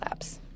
apps